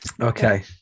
Okay